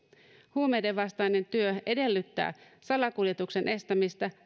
huumeidenvastainen työ edellyttää salakuljetuksen estämistä